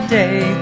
day